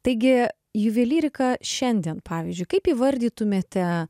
taigi juvelyrika šiandien pavyzdžiui kaip įvardytumėte